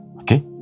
Okay